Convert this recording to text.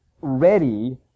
ready